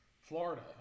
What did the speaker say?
Florida